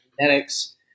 genetics